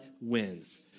wins